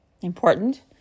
important